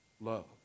love